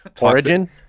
Origin